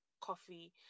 coffee